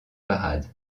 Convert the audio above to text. parades